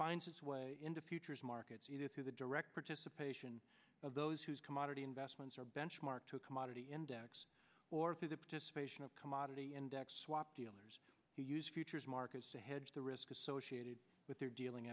finds its way into futures markets either through the direct participation of those whose commodity investments are benchmarked a commodity index or through the participation of commodity index swap dealers who use futures markets to hedge the risk associated with their dealing